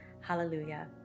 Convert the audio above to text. Hallelujah